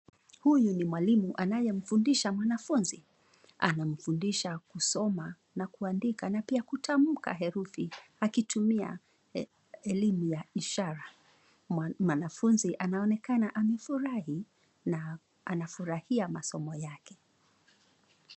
Huyu ni mwalimu. Anayemfundisha mwanafunzi. Anamfundisha kusoma na kuandika, na pia kutamka herufi. Akitumia elimu ya ishara. Mwanafunzi anaonekana amefurahi na anafurahia masomo yake.